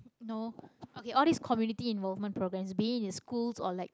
no okay all this community involvement programs being in schools or like